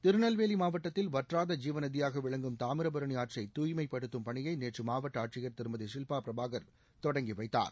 திருநெல்வேலி மாவட்டத்தில் வற்றாத ஜீவநதியாக விளங்கும் தாமிரபரணி ஆற்றை தூய்மைப்படுத்தும் பணியை நேற்று மாவட்ட ஆட்சியர் திருமதி ஷில்பா பிரபாகர் தொடங்கி வைத்தார்